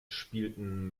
spielten